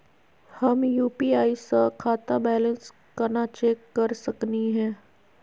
हम यू.पी.आई स खाता बैलेंस कना चेक कर सकनी हे?